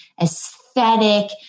aesthetic